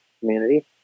community